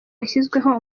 yashyizweho